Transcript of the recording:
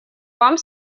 вам